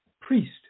priest